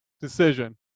decision